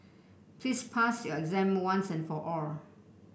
please pass your exam once and for all